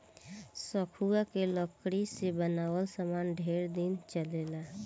सखुआ के लकड़ी से बनल सामान ढेर दिन चलेला